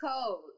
cold